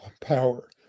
power